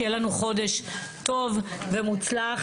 שיהיה לנו חודש טוב ומוצלח.